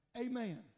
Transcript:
amen